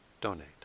donate